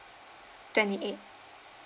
twenty eight